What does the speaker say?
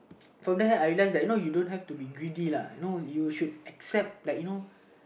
from there I learn that you know you don't have to be greedy lah you know you should accept like you know